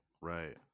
right